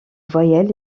voyelles